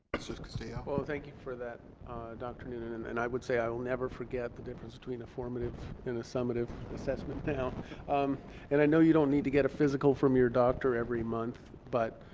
but sort of castillo well thank you for that dr newnan and and i would say i'll never forget the difference between a formative and a summative assessment now um and i know you don't need to get a physical from your doctor every month but